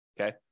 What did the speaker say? Okay